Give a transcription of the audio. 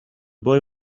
boy